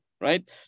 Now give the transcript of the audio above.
right